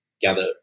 gather